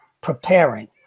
preparing